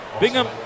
Bingham